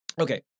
Okay